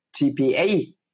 GPA